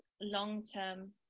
long-term